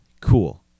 Cool